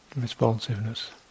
responsiveness